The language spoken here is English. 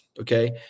okay